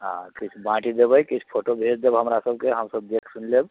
आ किछु बाँटि देबै किछु फोटो भेज देब हमरा सबके हमसब देखि सुनि लेब